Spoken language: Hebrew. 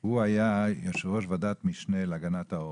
שהיה יושב ראש ועדת משנה להגנת העורף.